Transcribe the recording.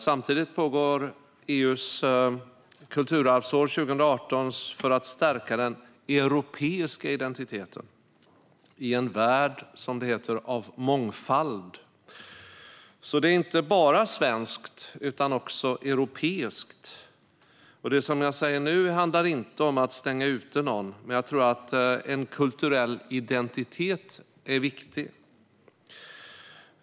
Samtidigt pågår EU:s kulturarvsår 2018 för att stärka den europeiska identiteten i, som det heter, en värld av mångfald. Det är alltså inte bara svenskt utan också europeiskt. Det som jag säger nu handlar inte om att stänga ute någon, men jag tror att en kulturell identitet är viktig.